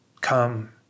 come